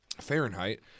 Fahrenheit